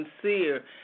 sincere